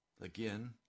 Again